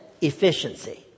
efficiency